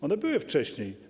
One były wcześniej.